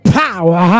power